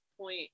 point